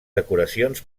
decoracions